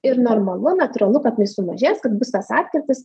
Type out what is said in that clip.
ir normalu natūralu kad jinai sumažės kad bus tas atkrytis